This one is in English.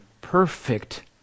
perfect